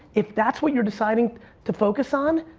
if that's what you're deciding to focus on,